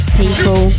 people